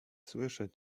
słyszę